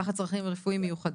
תחת צרכים רפואיים מיוחדים.